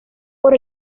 por